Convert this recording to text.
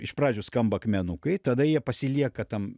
iš pradžių skamba akmenukai tada jie pasilieka tam